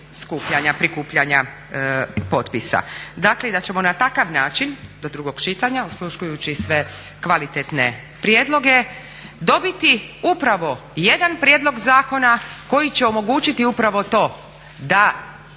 prikupljanja potpisa. Dakle, i da ćemo na takav način do drugog čitanja osluškujući sve kvalitetne prijedloge dobiti upravo jedan prijedlog zakona koji će omogućiti upravo to da